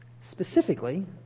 Specifically